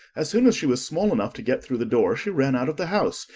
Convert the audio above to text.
as soon as she was small enough to get through the door, she ran out of the house,